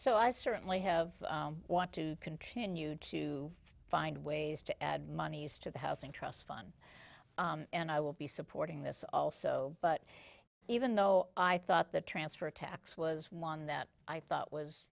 so i certainly have want to continue to find ways to add monies to the housing trust fund and i will be supporting this also but even though i thought the transfer tax was one that i thought was